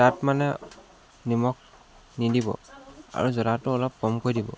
তাত মানে নিমখ নিদিব আৰু জ্বলাটো অলপ কমকৈ দিব